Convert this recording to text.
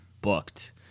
booked